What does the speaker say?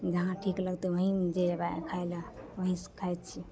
जहाँ ठीक लगतै वहीँ ने जएबै खाइ ले वहीँसे खाइ छिए